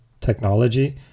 technology